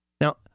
Now